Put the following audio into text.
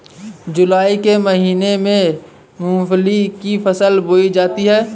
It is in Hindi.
जूलाई के महीने में मूंगफली की फसल बोई जाती है